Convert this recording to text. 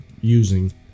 using